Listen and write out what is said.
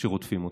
שרודפים אותו?